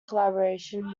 collaboration